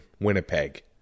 Winnipeg